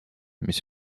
mis